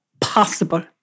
possible